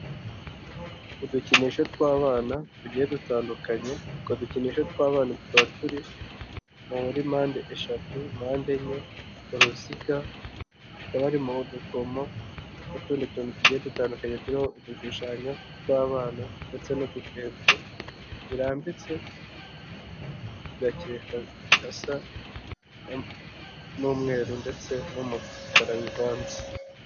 Udukinisho tw'abana tugiye dutandukanye. Utwo dukinisho tw'abana tukaba turi muri mpande eshatu, mpande enye, uruziga. Hakaba harimo udukomo n'utundi tuntu tugiye dutandukanye. Turimo udushushanyo tw'abana ndetse n'udutete birambitse ku gakeka gasa n'umweru ndetse n'umukara bivanze.